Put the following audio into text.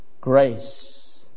grace